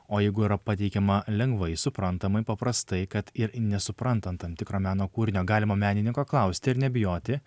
o jeigu yra pateikiama lengvai suprantamai paprastai kad ir nesuprantant tam tikro meno kūrinio galimo menininko klausti ir nebijoti